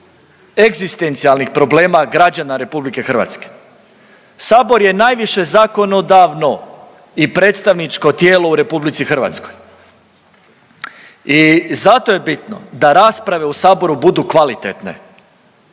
Egzistencijalnih problema građana RH. Sabor je najviše zakonodavno i predstavničko tijelo u RH. I zato je bitno da rasprave u saboru budu kvalitetne.